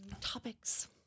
Topics